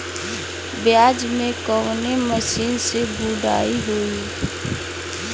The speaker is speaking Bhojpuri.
प्याज में कवने मशीन से गुड़ाई होई?